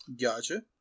Gotcha